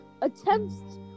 attempts